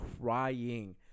crying